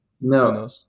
no